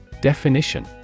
Definition